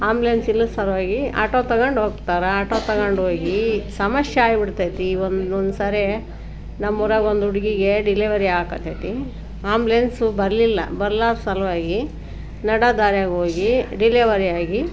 ambulance ಇಲ್ಲದ ಸಲುವಾಗಿ auto ತಗೊಂಡೋಗ್ತಾರೆ ಆಟೋ ತಗೊಂಡೋಗಿ ಸಮಸ್ಯೆ ಆಗಿ ಬಿಡ್ತೈತಿ ಈ ಒಂದು ಒಂದು ಸಾರಿ ನಮ್ಮೂರಾಗ ಒಂದು ಹುಡುಗಿಗೆ ಡಿಲೆವರಿ ಆಕ್ ಹತ್ತೈತಿ ಆ್ಯಂಬುಲೆನ್ಸ್ ಬರಲಿಲ್ಲ ಬರ್ಲಾರ್ದ ಸಲುವಾಗಿ ನಡು ದಾರ್ಯಾಗ ಹೋಗಿ ಡಿಲೆವರಿ ಆಗಿ